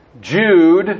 Jude